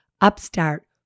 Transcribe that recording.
Upstart